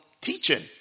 teaching